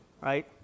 Right